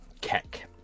Keck